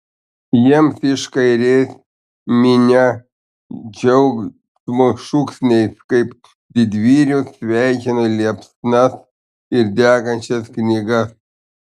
jiems iš kairės minia džiaugsmo šūksniais kaip didvyrius sveikino liepsnas ir degančias knygas